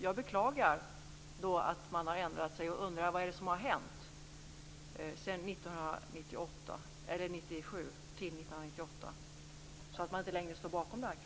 Jag beklagar att ni har ändrat er och undrar vad det är som har hänt sedan 1997 till 1998, som gör att ni inte längre står bakom kravet.